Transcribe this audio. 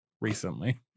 recently